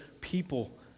people